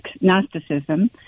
Gnosticism